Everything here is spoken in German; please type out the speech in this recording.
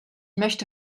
möchte